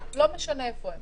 אבל לא משנה איפה הם,